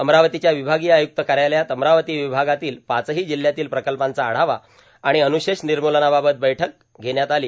अमरावतीच्या ावभागीय आय्क्त कायालयात अमरावती ावभागातील पाचहां जिल्ह्यातील प्रकल्पांचा आढावा आर्ाण अन्शेष र्मिम्लनाबाबत बैठक घेण्यात आलो